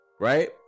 right